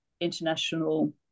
international